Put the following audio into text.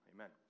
Amen